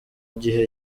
gihe